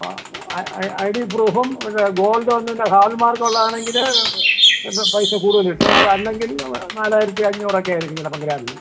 ആ I D പ്രൂഫും ഇത് ഗോൾഡ് വന്നിട്ട് ഹാൾമാർക്ക് ഉള്ളതാണെങ്കില് അത് പൈസ കൂടുതൽ കിട്ടും അത് അല്ലെങ്കിൽ നാലായിരത്തി അഞ്ഞൂറൊക്കെയായിരിക്കും ചിലപ്പം ഗ്രാമിന്